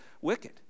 wicked